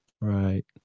right